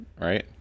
right